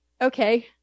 okay